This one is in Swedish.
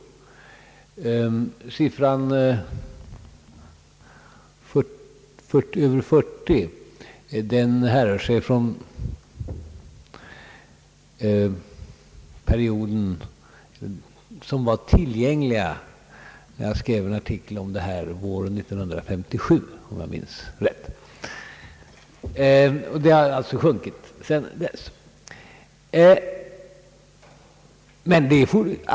Uppgiften »över 40 år» härrör från tillgängliga siffror våren 1957, om jag minns rätt, då jag skrev en artikel i detta ämne. Sedan dess har alltså denna gräns sjunkit.